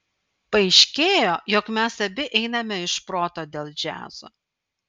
paaiškėjo jog mes abi einame iš proto dėl džiazo